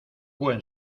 buen